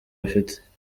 bafite